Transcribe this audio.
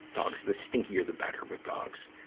dogs, the stinkier, the better with dogs,